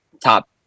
top